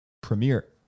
premiere